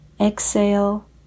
Exhale